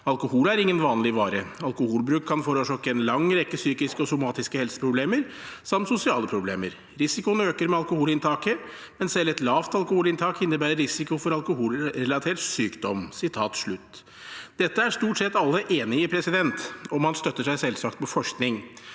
Dette er stort sett alle enig i, og man støtter seg selvsagt på forskning.